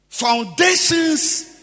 foundations